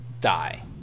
die